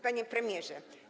Panie Premierze!